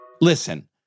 Listen